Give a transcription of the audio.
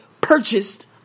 purchased